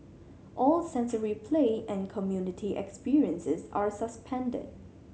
all sensory play and community experiences are suspended